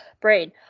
brain